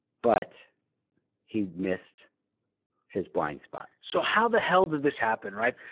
but he missed his blind spot. so how the hell did this happen? right?